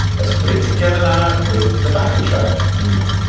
let's put it together now with the backing track here we go.